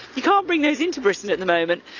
you can't bring those into britain at the moment.